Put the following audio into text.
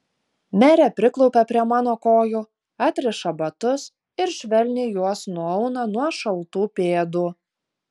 merė priklaupia prie mano kojų atriša batus ir švelniai juos nuauna nuo šaltų pėdų